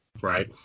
Right